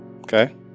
okay